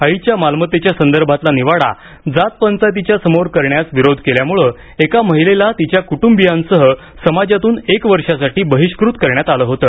आईच्या मालमत्तेच्या संदर्भातला निवाडा जात पंचायतीच्या समोर करण्यास विरोध केल्यामुळे एका महिलेला तिच्या कुटुंबीयांसह समाजातून एका वर्षासाठी बहिष्कृत करण्यात आले होते